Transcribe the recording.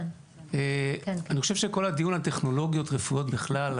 אני חושב שכל הדיון על טכנולוגיות רפואיות בכלל,